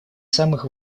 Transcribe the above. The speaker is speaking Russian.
самых